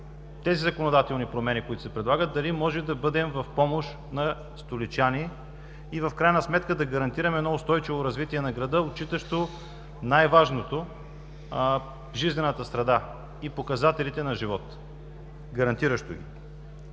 тези законодателни промени, които се предлагат, дали можем да бъдем в помощ на столичани и в крайна сметка да гарантираме едно устойчиво развитие на града, отчитащо най-важното, гарантиращо жизнената среда и показателите им на живот. Трябва да